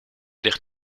ligt